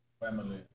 family